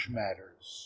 matters